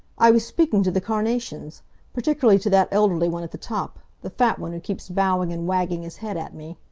i was speaking to the carnations particularly to that elderly one at the top the fat one who keeps bowing and wagging his head at me.